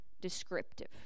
descriptive